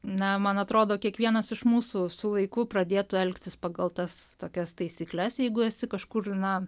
na man atrodo kiekvienas iš mūsų su laiku pradėtų elgtis pagal tas tokias taisykles jeigu esi kažkur na